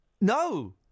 No